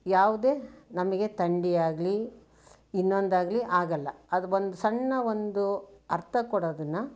ಯಾವುದೇ ನಮಗೆ ಥಂಡಿ ಆಗಲಿ ಇನ್ನೊಂದಾಗಲಿ ಆಗಲ್ಲ ಅದು ಬಂದು ಸಣ್ಣ ಒಂದು ಅರ್ಥ ಕೊಡೋದನ್ನು